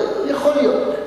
יכול להיות,